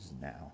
now